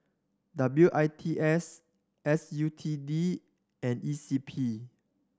W I T S S U T D and E C P